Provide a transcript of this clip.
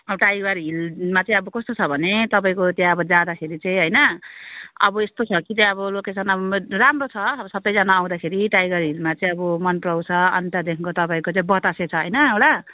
tiger हिलमा चाहिँ अब कस्तो छ भने तपाईँको त्यहाँ अब जाँदाखेरि चाहिँ होइन अब यस्तो छ कि त्यहाँ अब लोकेसन राम्रो छ अब सबैजना आउँदाखेरि टाइगर हिलमा चाहिँ अब मन पराउँछ अन्त त्यहाँदेखिको तपाईँको चाहिँ बतासे छ होइन एउटा